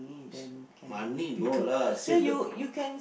money no lah save the poor